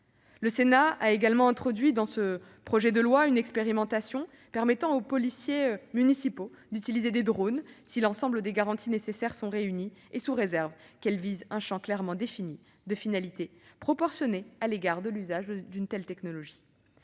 Le Sénat a également introduit dans ce projet de loi une expérimentation permettant aux polices municipales d'utiliser des drones, si l'ensemble des garanties nécessaires sont réunies et sous réserve que ces polices visent un champ clairement défini de finalités proportionnées à l'égard de l'usage d'une telle technologie.